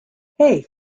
hey